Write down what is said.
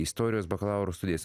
istorijos bakalauro studijas